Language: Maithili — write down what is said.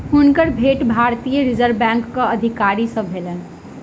हुनकर भेंट भारतीय रिज़र्व बैंकक अधिकारी सॅ भेलैन